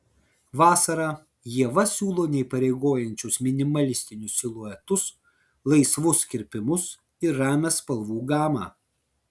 vasarą ieva siūlo neįpareigojančius minimalistinius siluetus laisvus kirpimus ir ramią spalvų gamą